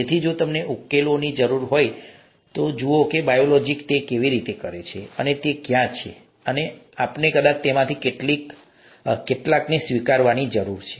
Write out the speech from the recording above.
તેથી જો તમને ઉકેલોની જરૂર હોય તો જુઓ કે બાયોલોજી તે કેવી રીતે કરે છે અને તે ત્યાં છે અને આપણે કદાચ તેમાંથી કેટલાકને સ્વીકારવાની જરૂર છે